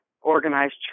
organized